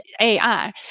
AI